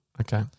Okay